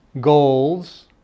goals